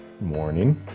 Morning